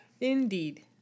Indeed